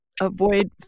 avoid